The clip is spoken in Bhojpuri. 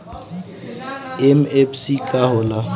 एम.एफ.सी का होला?